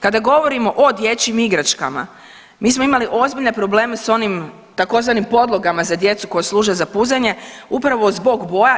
Kada govorimo o dječjim igračkama mi smo imali ozbiljne probleme s onim tzv. podlogama za djecu koje služe za puzanje upravo zbog boja.